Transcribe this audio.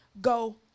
Go